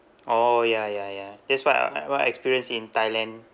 orh ya ya ya that's what I what I experienced in thailand